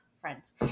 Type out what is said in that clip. friends